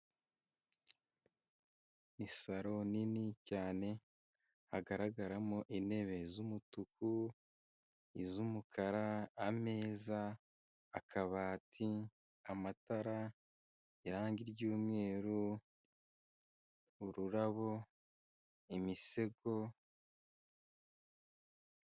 Ni saro nini cyane hagaragaramo intebe z'umutuku, iz'umukara, ameza, akabati, amatara irangi ry'umweru, ururabo, imisego....